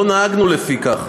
לא נהגו לפי זה,